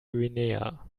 guinea